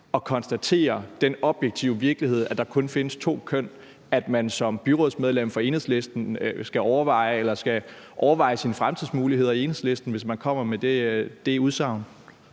at konstatere den objektive virkelighed, at der kun findes to køn, at man som byrådsmedlem for Enhedslisten skal overveje sine fremtidsmuligheder i Enhedslisten, hvis man kommer med det udsagn?